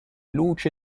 luce